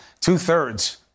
Two-thirds